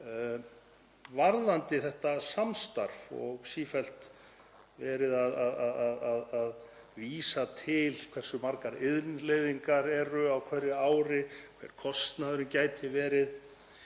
varðandi þetta samstarf og sífellt er verið að vísa til þess hversu margar innleiðingar eru á hverju ári og hver kostnaðurinn gæti verið.